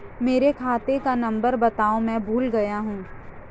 मेरे खाते का नंबर बताओ मैं भूल गया हूं